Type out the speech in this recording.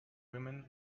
women